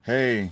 Hey